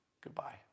goodbye